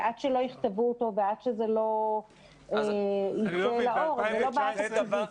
עד שלא יכתבו אותו ועד שזה לא ייצא אל האור זה לא בעיה תקציבית.